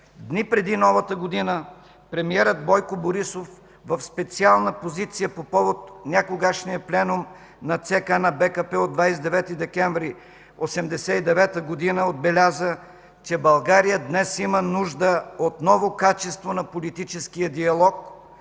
Дни преди Новата година премиерът Бойко Борисов в специална позиция по повод някогашния Пленум на ЦК на БКП от 29 декември 1989 г. отбеляза, че България днес има нужда от ново качество на политическия диалог